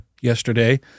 yesterday